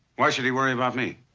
why should he worry about me?